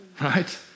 right